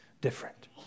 different